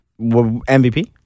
MVP